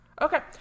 Okay